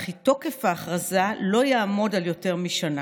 וכי תוקף ההכרזה לא יעמוד על יותר משנה.